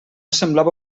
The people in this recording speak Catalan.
semblava